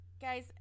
Guys